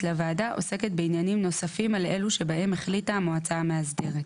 לוועדה עוסקת בעניינים נוספים על אלו שבהם החליטה המועצה המאסדרת.